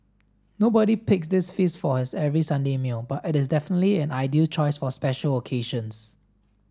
nobody picks this feast for his every Sunday meal but it is definitely an ideal choice for special occasions